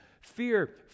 fear